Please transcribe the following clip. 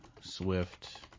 Swift